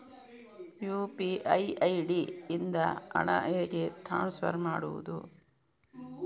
UPI ID ಇಂದ ಹಣ ಹೇಗೆ ಟ್ರಾನ್ಸ್ಫರ್ ಮಾಡುದು?